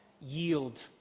yield